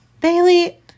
Bailey